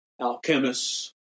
alchemists